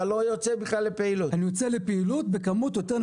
אתה לא יוצא בכלל לפעילות?